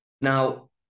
Now